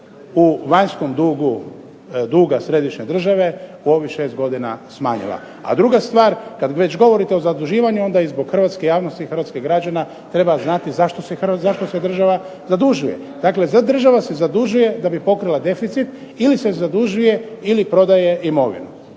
u vanjskom dugu duga središnje države, u ovih 6 godina smanjila. A druga stvar, kada već govorite o zaduživanju onda zbog hrvatske javnosti i građana treba znati zašto se država zadužuje. Država se zadužuje da bi pokrila deficit, ili se zadužuje ili prodaje imovinu.